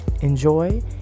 enjoy